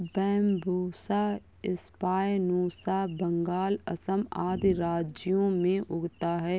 Bambusa spinosa Bengal, Assam आदि राज्यों में उगता है